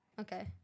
okay